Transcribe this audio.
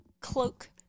cloak